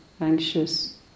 anxious